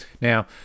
Now